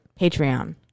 Patreon